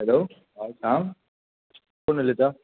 hello आं सांग कोण उलयता